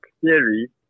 theory